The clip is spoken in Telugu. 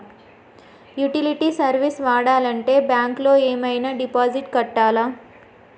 యుటిలిటీ సర్వీస్ వాడాలంటే బ్యాంక్ లో ఏమైనా డిపాజిట్ కట్టాలా?